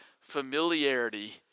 familiarity